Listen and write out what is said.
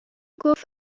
گفت